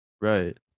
right